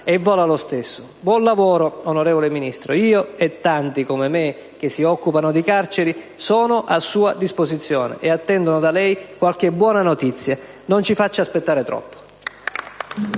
e vola lo stesso. Buon lavoro, onorevole Ministro, io e tanti come me che si occupano di carceri sono a sua disposizione e attendono da lei qualche buona notizia; non ci faccia aspettare troppo!